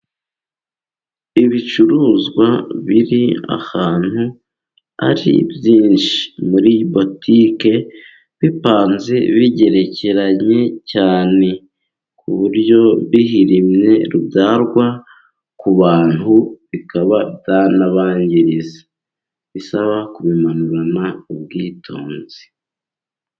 Ibicuruzwa biri ahantu ari byinshi muri botike, bipanze bigerekeranye cyane, ku buryo bihirimye byagwa ku bantu bikaba byabangiriza, bisaba kubimanurana ubwitonzi.